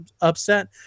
upset